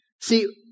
See